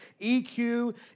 EQ